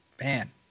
man